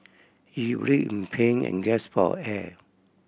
he writhed in pain and gasped for air